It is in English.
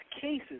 cases